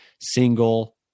single